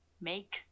make